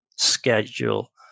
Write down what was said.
Schedule